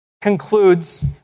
concludes